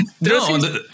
no